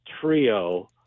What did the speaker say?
trio